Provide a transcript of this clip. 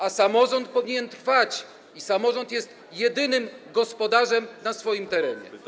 A samorząd powinien trwać i samorząd jest jedynym gospodarzem na swoim terenie.